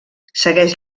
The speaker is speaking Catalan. segueix